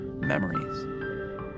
memories